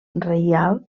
reial